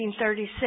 1936